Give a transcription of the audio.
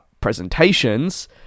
presentations